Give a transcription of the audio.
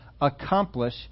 accomplish